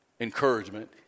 encouragement